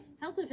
health